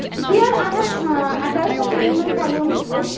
here i have have attached a ten and ml volume tube,